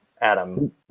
Adam